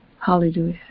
Hallelujah